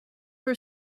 are